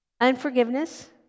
Unforgiveness